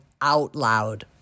OUTLOUD